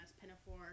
Pinafore